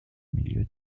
milieu